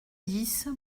dix